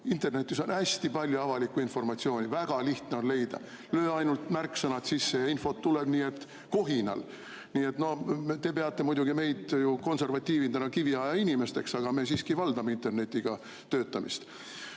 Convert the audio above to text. Internetis on hästi palju avalikku informatsiooni, väga lihtne on leida, löö ainult märksõnad sisse, infot tuleb kohinal. Te peate muidugi meid, konservatiive, kiviaja inimesteks, aga me valdame internetiga töötamist.